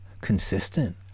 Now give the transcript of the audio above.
consistent